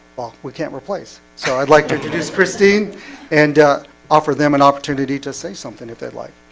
well, we can't replace so i'd like to do this christine and offer them an opportunity to say something if they like